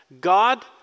God